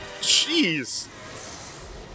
jeez